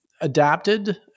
adapted